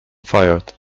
fired